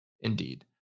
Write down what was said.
Indeed